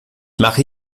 mache